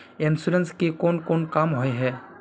Insurance के कोन काम होय है?